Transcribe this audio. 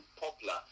popular